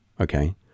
okay